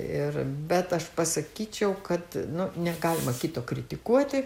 ir bet aš pasakyčiau kad nu negalima kito kritikuoti